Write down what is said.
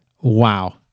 wow